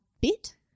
bit